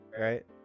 Right